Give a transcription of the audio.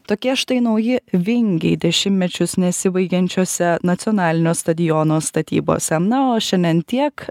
tokie štai nauji vingiai dešimtmečius nesibaigiančiose nacionalinio stadiono statybose na o šiandien tiek